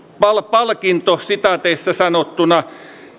palkintoa sitaateissa sanottuna